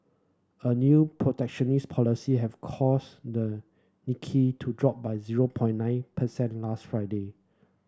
a new protectionist policy have caused the Nikkei to drop by zero point nine percent last Friday